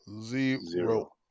Zero